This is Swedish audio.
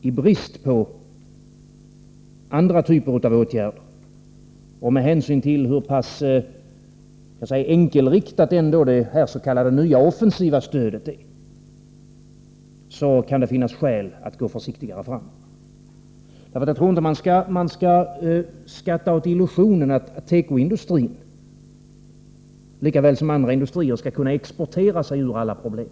I brist på andra typer av åtgärder, och med hänsyn till hur enkelriktat det nya s.k. offensiva stödet är, kan det finnas skäl att gå försiktigare fram. Jag tror inte att man skall hänge sig åt illusionen att tekoindustrin — det gäller även andra industrier — skall kunna exportera sig ur alla problem.